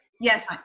Yes